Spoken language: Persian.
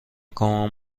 کنم